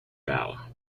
bow